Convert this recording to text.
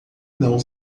não